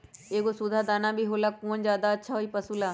एगो सुधा दाना भी होला कौन ज्यादा अच्छा होई पशु ला?